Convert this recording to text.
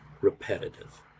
repetitive